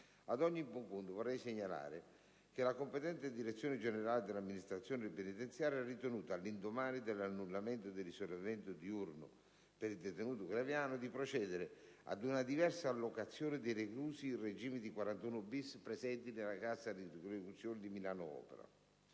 Ad ogni buon conto, vorrei segnalare che la competente direzione generale dell'amministrazione penitenziaria ha ritenuto, all'indomani dell'annullamento dell'isolamento diurno per il detenuto Graviano, di procedere ad una diversa allocazione dei reclusi in regime di 41-*bis*, presenti nella casa di reclusione di Milano Opera.